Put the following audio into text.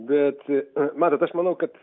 bet na matot aš manau kad